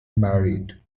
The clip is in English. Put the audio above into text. married